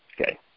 okay